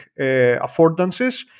affordances